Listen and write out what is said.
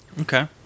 Okay